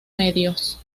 medios